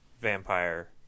vampire